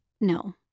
no